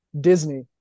disney